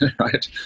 right